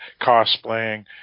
cosplaying